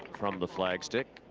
from the flag stick,